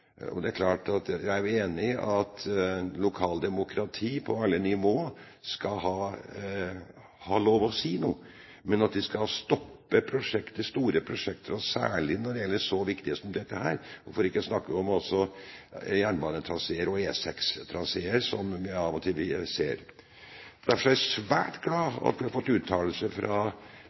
Jeg er jo enig i at alle nivåer av lokaldemokrati skal ha lov å si noe, men ikke at de skal stoppe store prosjekter, og særlig når det gjelder så viktige som dette – for ikke å snakke om jernbanetraseer og E6-traseer, som vi også av og til ser. Derfor er jeg svært glad for at vi har fått uttalelser fra